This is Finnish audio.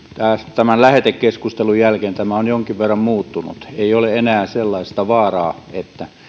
tämän lähetekeskustelun jälkeen tämä on jonkin verran muuttunut ei ole enää sellaista vaaraa että